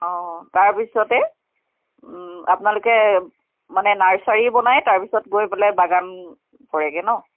অ তাৰপিছতে আপোনালোকে মানে নাৰ্ছাৰী বনায় তাৰপিছত গৈ পেলাই বাগান কৰেগৈ ন'